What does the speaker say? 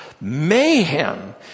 mayhem